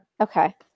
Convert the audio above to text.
okay